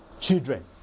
children